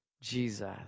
Jesus